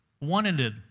wanted